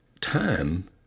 time